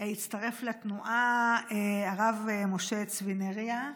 הצטרף לתנועה הרב משה צבי נריה,